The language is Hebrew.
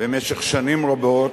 במשך שנים רבות,